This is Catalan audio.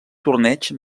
torneig